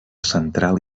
central